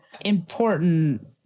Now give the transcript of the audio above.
important